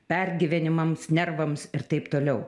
pergyvenimams nervams ir taip toliau